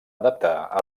adaptar